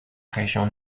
région